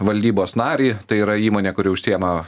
valdybos narį tai yra įmonė kuri užsiema